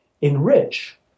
enrich